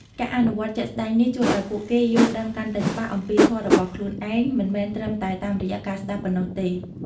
ការអនុវត្តជាក់ស្តែងនេះ ជួយឱ្យពួកគេយល់ដឹងកាន់តែច្បាស់អំពីធម៌ដោយខ្លួនឯង មិនមែនត្រឹមតែតាមរយៈការស្ដាប់ប៉ុណ្ណោះទេ។